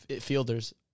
fielders